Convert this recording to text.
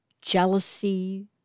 jealousy